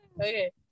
Okay